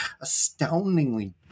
astoundingly